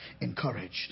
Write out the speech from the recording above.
encouraged